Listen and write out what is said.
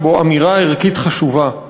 יש בו אמירה ערכית חשובה,